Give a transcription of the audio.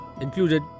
included